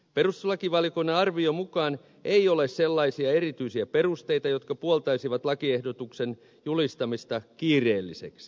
perustuslakivaliokunnan arvioin mukaan ei ole sellaisia erityisiä perusteita jotka puoltaisivat lakiehdotuksen julistamista kiireelliseksi